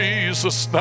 Jesus